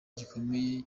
gikomeye